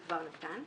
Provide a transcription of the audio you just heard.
אחד למשלם